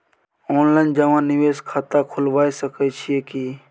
Online जमा निवेश खाता खुलाबय सकै छियै की?